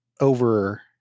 over